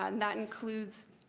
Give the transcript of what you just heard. um that includes